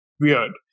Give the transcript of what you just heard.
weird